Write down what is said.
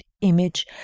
image